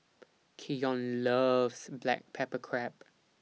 Keyon loves Black Pepper Crab